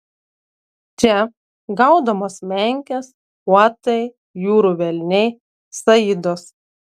čia gaudomos menkės uotai jūrų velniai saidos